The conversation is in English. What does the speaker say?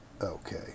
Okay